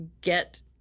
get